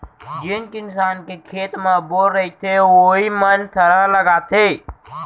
जेन किसान के खेत म बोर रहिथे वोइ मन थरहा लगाथें